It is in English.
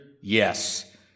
yes